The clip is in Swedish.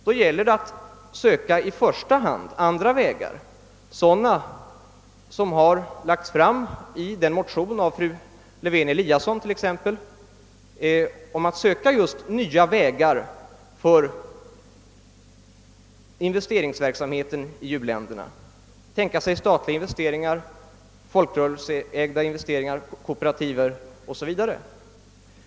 Därför gäller det att i första hand söka andra vägar, t.ex. sådana som har föreslagits i den motion som har väckts av fru Lewén-Eliasson: statliga investeringar, folkägda eller kooperativa investeringar o.s.v.